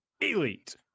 Elite